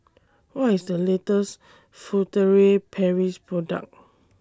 What IS The latest Furtere Paris Product